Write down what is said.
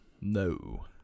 No